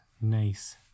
nice